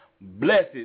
Blessed